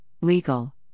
Legal